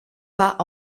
pas